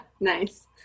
nice